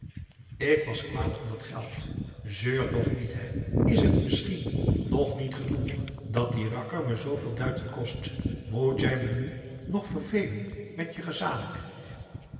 ik was kwaad om dat geld zeur toch niet hè is het misschien nog niet genoeg dat die rakker me zooveel duiten kost moet jij me nu nog vervelen met je